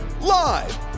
Live